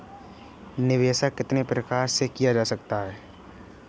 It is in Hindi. निवेश कितनी प्रकार से किया जा सकता है?